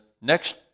next